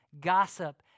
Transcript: gossip